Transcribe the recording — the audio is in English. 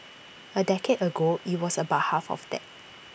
A decade ago IT was about half of that